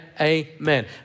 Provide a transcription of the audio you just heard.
amen